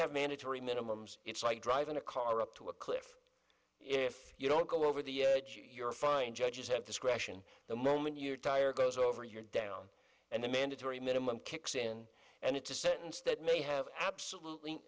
have mandatory minimums it's like driving a car up to a cliff if you don't go over the your fine judges have discretion the moment your tire goes over you're down and the mandatory minimum kicks in and it's a sentence that may have absolutely